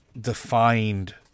defined